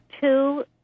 two